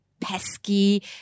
pesky